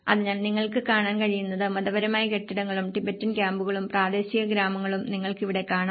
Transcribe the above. അതിനാൽ നിങ്ങൾക്ക് കാണാൻ കഴിയുന്നത് മതപരമായ കെട്ടിടങ്ങളും ടിബറ്റൻ ക്യാമ്പുകളും പ്രാദേശിക ഗ്രാമങ്ങളും നിങ്ങൾക്കിവിടെ കാണാം